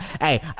Hey